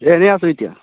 এ এনে আছোঁ এতিয়া